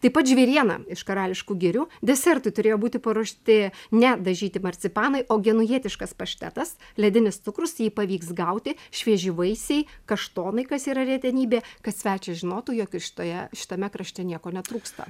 taip pat žvėriena iš karališkų girių desertui turėjo būti paruošti ne dažyti marcipanai o genujietiškas paštetas ledinis cukrus jei pavyks gauti švieži vaisiai kaštonai kas yra retenybė kad svečias žinotų jog šitoje šitame krašte nieko netrūksta